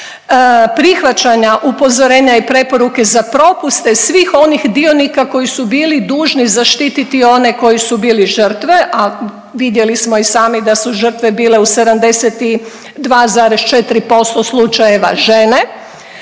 prihvaćanja upozorenja i preporuke za propuste svih onih dionika koji su bili dužni zaštititi one koji su bili žrtve, a vidjeli smo i sami da su žrtve bile u 72,4% slučajeva žene,